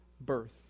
birth